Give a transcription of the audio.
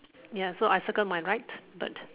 ya so I circle my right bird